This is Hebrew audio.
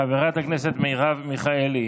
חברת הכנסת מרב מיכאלי,